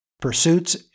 pursuits